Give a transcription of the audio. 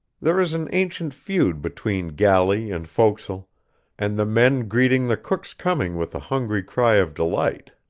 there is an ancient feud between galley and fo'c's'le and the men greeting the cook's coming with a hungry cry of delight.